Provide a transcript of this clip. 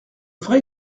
vrai